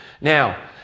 Now